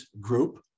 group